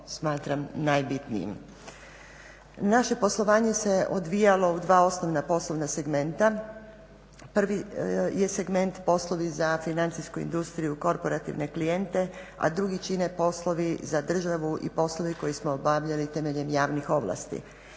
Naše poslovanje se odvijalo u dva osnovna poslovna segmenta. Prvi je segment poslovi za financijsku industriju korporativne klijente a drugi čine poslovi za državu i poslovi koji smo obavljali temeljem javnih ovlasti.